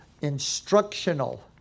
instructional